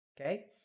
Okay